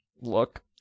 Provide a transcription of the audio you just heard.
look